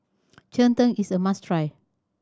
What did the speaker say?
cheng tng is a must try